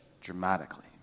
dramatically